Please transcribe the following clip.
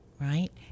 right